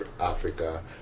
Africa